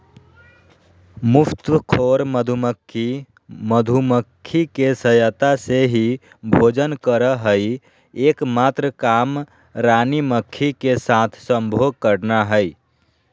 मुफ्तखोर मधुमक्खी, मधुमक्खी के सहायता से ही भोजन करअ हई, एक मात्र काम रानी मक्खी के साथ संभोग करना हई